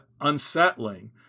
unsettling